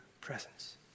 presence